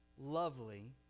lovely